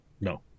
No